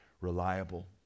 reliable